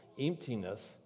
emptiness